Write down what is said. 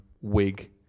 wig